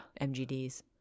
MGDs